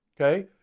Okay